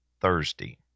Thursday